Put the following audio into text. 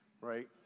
right